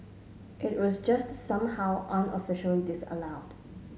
it was just somehow unofficially disallowed